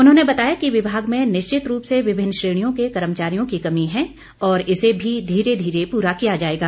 उन्होंने बताया कि विभाग में निश्चित रूप से विभिन्न श्रेणियों के कर्मचारियों की कमी है और इसे भी धीरे धीरे पूरा किया जाएगा